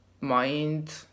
mind